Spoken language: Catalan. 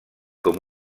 com